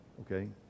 okay